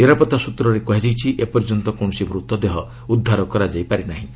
ନିରାପତ୍ତା ସୂତ୍ରରୁ କୁହାଯାଇଛି ଏପର୍ଯ୍ୟନ୍ତ କୌଣସି ମୃତ ଦେହ ଉଦ୍ଧାର କରାଯାଇ ପାରିନାହିଁ